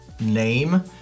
name